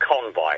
Convoy